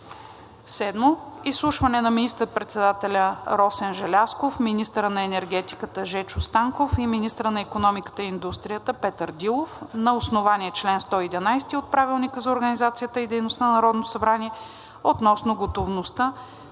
г. 7. Изслушване на министър-председателя Росен Желязков, министъра на енергетиката Жечо Станков и министъра на икономиката и индустрията Петър Дилов на основание чл. 111 от Правилника за организацията и дейността